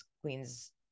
queens